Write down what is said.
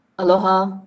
Aloha